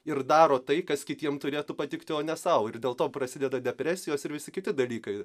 ir daro tai kas kitiem turėtų patikti o ne sau ir dėl to prasideda depresijos ir visi kiti dalykai